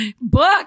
book